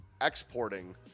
exporting